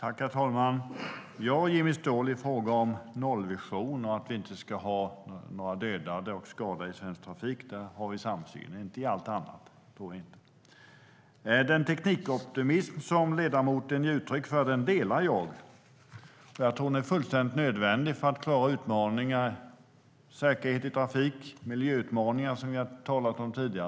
Herr talman! Ja, Jimmy Ståhl, i fråga om nollvision och att vi inte ska ha några dödade och skadade i svensk trafik har vi en samsyn, inte i fråga om allt annat. Den teknikoptimism som ledamoten ger uttryck för delar jag. Jag tror att den är fullständigt nödvändig för att klara utmaningar. Det handlar om säkerhet i trafik och om miljöutmaningar, som vi har talat om tidigare.